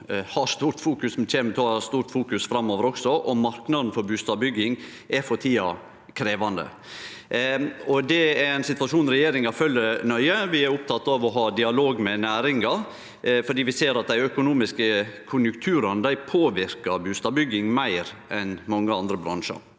og som kjem til å ha stort fokus framover også. Marknaden for bustadbygging er for tida krevjande. Det er ein situasjon regjeringa følgjer nøye. Vi er opptekne av å ha dialog med næringa, for vi ser at dei økonomiske konjunkturane påverkar bustadbygginga meir enn mange andre bransjar.